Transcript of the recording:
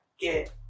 get